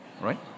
Right